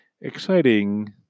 exciting